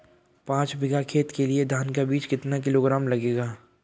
पाँच बीघा खेत के लिये धान का बीज कितना किलोग्राम लगेगा?